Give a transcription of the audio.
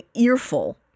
earful